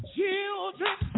children